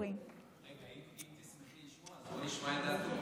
אם תשמחי לשמוע, אז בואי נשמע את דעתו.